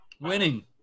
Winning